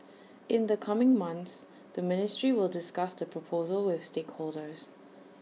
in the coming months the ministry will discuss the proposal with stakeholders